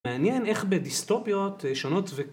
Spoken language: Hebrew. מעניין איך בדיסטופיות שונות ו...